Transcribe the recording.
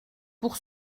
pour